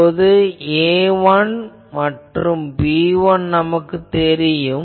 இப்போது A1 B1 என்பது நமக்குத் தெரியும்